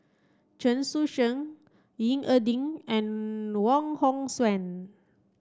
Chen Sucheng Ying E Ding and Wong Hong Suen